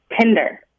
Tinder